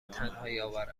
تنهاییآور